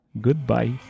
Goodbye